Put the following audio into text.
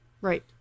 Right